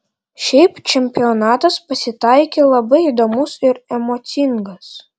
šiaip čempionatas pasitaikė labai įdomus ir emocingas